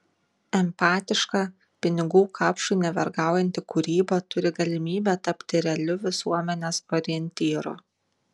empatiška pinigų kapšui nevergaujanti kūryba turi galimybę tapti realiu visuomenės orientyru